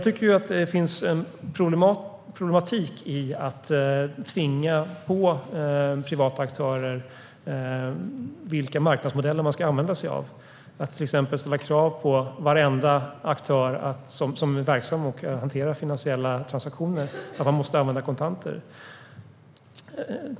Det finns en problematik i att tvinga på privata aktörer vilka marknadsmodeller de ska använda sig av och att till exempel ställa krav på varenda aktör som är verksam och hanterar finansiella transaktioner att de måste använda kontanter.